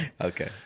Okay